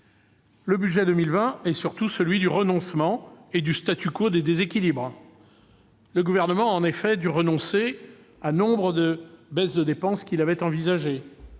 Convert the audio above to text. le budget pour 2020 est surtout celui du renoncement et du en matière de déséquilibres ! Le Gouvernement a en effet dû renoncer à nombre de baisses de dépenses qu'il avait envisagées.